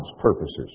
purposes